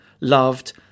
loved